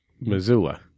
Missoula